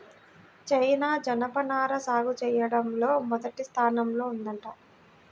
China జనపనార సాగు చెయ్యడంలో మొదటి స్థానంలో ఉందంట